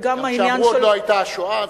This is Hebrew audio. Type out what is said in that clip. כשאמרו עוד לא היתה השואה.